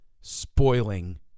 spoiling